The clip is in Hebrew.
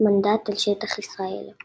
מנדט על שטח ארץ ישראל.